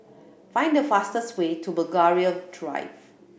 find the fastest way to Belgravia Drive